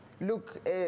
look